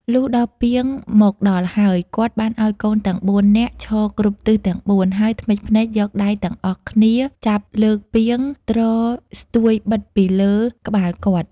លុះយកពាងមកដល់ហើយ គាត់បានឲ្យកូនទាំង ៤ នាក់ឈរគ្រប់ទិសទាំងបួន ហើយធ្មេចភ្នែកយកដៃទាំងអស់គ្នាចាប់លើកពាងទ្រស្ទួយបិទពីលើក្បាលគាត់។